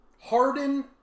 Harden